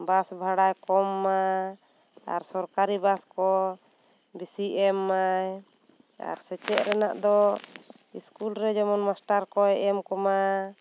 ᱵᱟᱥ ᱵᱷᱟᱲᱟ ᱠᱚᱢ ᱢᱟ ᱟᱨ ᱥᱚᱨᱠᱟᱨᱤ ᱵᱟᱥ ᱠᱚ ᱵᱮᱥᱤ ᱮᱢ ᱢᱟᱭ ᱟᱨ ᱥᱮᱪᱮᱫ ᱨᱮᱱᱟᱜ ᱫᱚ ᱤᱥᱠᱩᱞ ᱨᱮ ᱡᱮᱢᱚᱱ ᱢᱟᱥᱴᱟᱨ ᱠᱚᱭ ᱮᱢ ᱠᱚᱢᱟ